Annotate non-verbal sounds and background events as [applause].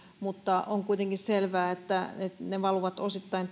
mutta on kuitenkin selvää että ne ne valuvat osittain [unintelligible]